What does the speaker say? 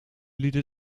jullie